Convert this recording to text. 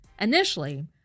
Initially